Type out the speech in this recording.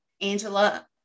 Angela